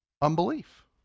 Unbelief